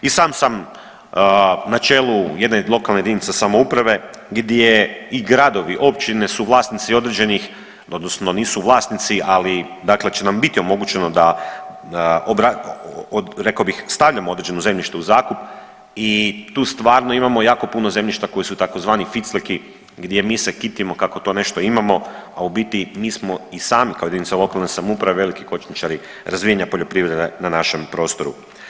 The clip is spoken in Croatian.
I sam sam na čelu jedne lokalne jedinice samouprave gdje i gradovi, općine su vlasnici određenih odnosno nisu vlasnici dakle će nam biti omogućeno da rekao bih stavljamo određeno zemljište u zakup i tu stvarno imamo jako puno zemljišta koji su tzv. ficleki gdje mi se kitimo kako to nešto imamo, a u biti mi smo i sami kao jedinica lokalne samouprave veliki kočničari razvijanja poljoprivrede na našem prostoru.